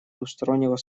двустороннего